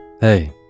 Hey